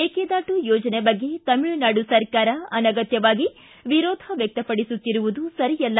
ಮೇಕೆದಾಟು ಯೋಜನೆ ಬಗ್ಗೆ ತಮಿಳುನಾಡು ಸರ್ಕಾರ ಅನಗತ್ಯವಾಗಿ ವಿರೋಧ ವ್ಯಕ್ತಪಡಿಸುತ್ತಿರುವುದು ಸರಿಯಲ್ಲ